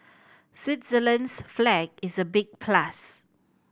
Switzerland's flag is a big plus